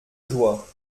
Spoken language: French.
joie